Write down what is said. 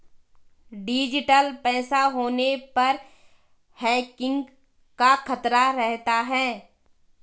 digital पैसा होने पर हैकिंग का खतरा रहता है